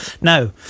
no